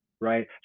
right